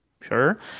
Sure